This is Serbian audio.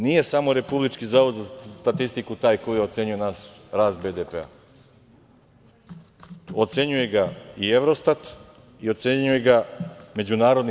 Nije samo Republički zavod za statistiku taj koji ocenjuje naš rast BDP, ocenjuje ga i „Eurostat“ i ocenjuje ga MMF.